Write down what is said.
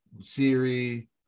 Siri